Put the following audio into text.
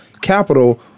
capital